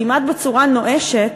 כמעט בצורה נואשת,